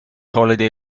holiday